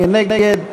מי נגד?